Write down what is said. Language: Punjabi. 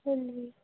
ਹਾਂਜੀ